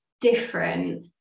different